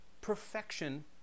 perfection